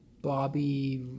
Bobby